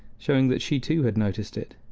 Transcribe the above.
showing that she too had noticed it.